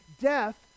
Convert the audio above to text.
death